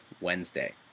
Wednesday